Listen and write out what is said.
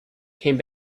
came